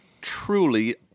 truly